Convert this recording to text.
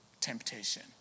temptation